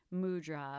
Mudra